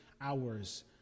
hours